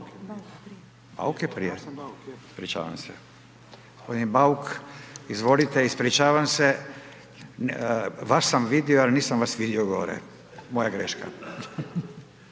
sabornice: Arsen Bauk, je/…Ispričavam se. g. Bauk izvolite, ispričavam se, vas sam vidio, al nisam vas vidio gore, moja greška.